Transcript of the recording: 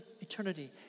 eternity